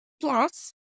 Plus